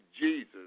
jesus